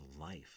life